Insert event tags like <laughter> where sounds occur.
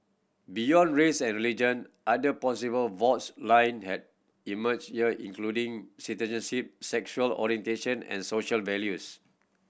beyond race and religion other possible faults line have emerged <unintelligible> including citizenship sexual orientation and social values